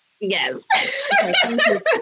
Yes